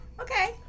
Okay